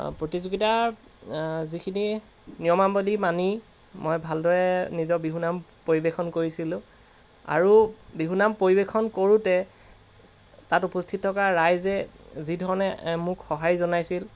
প্ৰতিযোগীতাৰ যিখিনি নিয়মাৱলী মানি মই ভালদৰে নিজৰ বিহু নাম পৰিৱেশন কৰিছিলোঁ আৰু বিহু নাম পৰিৱেশন কৰোঁতে তাত উপস্থিত থকা ৰাইজে যিধৰণে মোক সঁহাৰি জনাইছিল